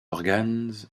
organes